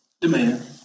demand